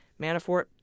Manafort